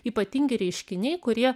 ypatingi reiškiniai kurie